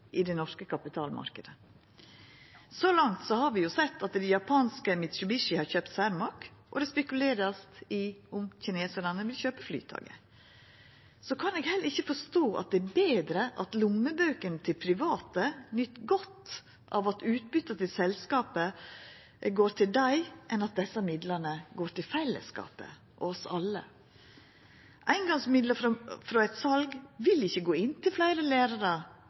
i den norske kapitalmarknaden. Så langt har vi sett at japanske Mitsubishi har kjøpt Cermaq, og ein spekulerer på om kinesarane vil kjøpa Flytoget. Eg kan heller ikkje forstå at det er betre at lommebøkene til private nyt godt av at utbyte til selskapet går til dei, enn at desse midlane går til fellesskapet, oss alle. Eingongsmidlar frå eit sal vil ikkje gå til fleire lærarar,